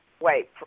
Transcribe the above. Wait